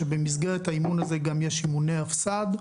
שבמסגרת האימון הזה יש גם אימוני הפס"ד,